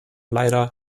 leider